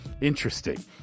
interesting